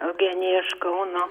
eugenija iš kauno